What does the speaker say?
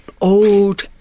old